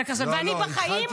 ואני בחיים -- לא,